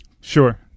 Sure